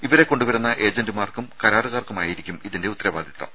ഇവരെ കൊണ്ടുവരുന്ന ഏജന്റുമാർക്കും കരാറുകാർക്കുമായിരിക്കും ഇതിന്റെ ഉത്തരവാദിത്വം